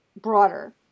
broader